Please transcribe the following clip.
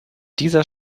dieser